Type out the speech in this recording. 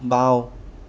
বাওঁ